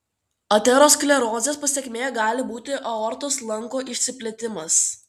aterosklerozės pasekmė gali būti aortos lanko išsiplėtimas